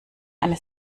eine